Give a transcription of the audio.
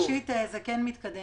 ראשית, זה כן מתקדם.